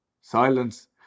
Silence